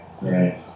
right